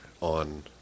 on